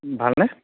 ভালনে